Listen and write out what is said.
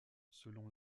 selon